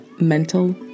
mental